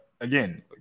again